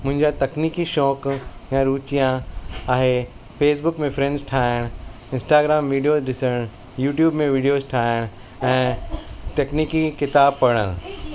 मुंहिंजा तकनीकी शौक़ु ऐं रुचिया आहे फेसबुक में फ्रेंड्स ठाहिण इंस्टाग्राम वीडियो ॾिसणु यूट्यूब में वीडियोस ठाहिण ऐं तकनीकी किताब पढ़ण